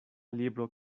libro